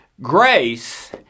Grace